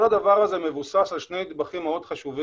כל הדבר הזה מבוסס על שני נדבכים מאוד חשובים.